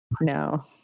No